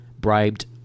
bribed